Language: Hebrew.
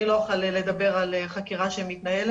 אני לא אוכל לדבר על חקירה שמתנהלת.